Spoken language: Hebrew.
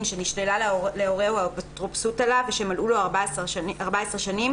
שנשללה להורהו האפוטרופסות עליו ושמלאו לו 14 שנים